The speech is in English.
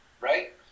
right